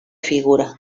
figura